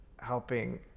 helping